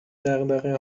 دغدغه